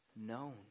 known